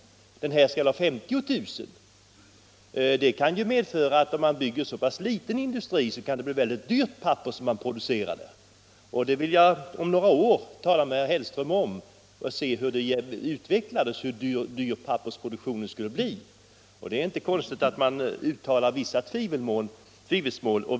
Den här skall ha 50 000. Om man alltså bygger en så liten industri kan det medföra att det papper som produceras där blir mycket dyrt. Om det vill jag tala med herr Hellström om några år, när vi kan se hur det utvecklas och hur dyr pappersproduktionen blir. Det är inte konstigt att man uttalar vissa tvivel i detta sammanhang.